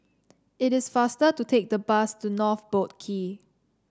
it is faster to take the bus to North Boat Quay